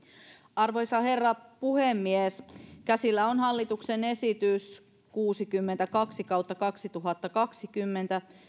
arvoisa herra puhemies käsillä on hallituksen esitys kuusikymmentäkaksi kautta kaksituhattakaksikymmentä